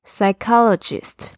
Psychologist